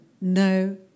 no